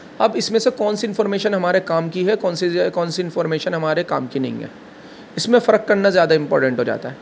اب اس میں سے کون سی انفارمیشن ہمارے کام کی ہے کون سی کون سی انفارمیشن ہمارے کام کی نہیں ہے اس میں فرق کرنا زیادہ امپورٹینٹ ہو جاتا ہے